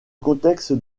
contexte